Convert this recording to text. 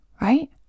Right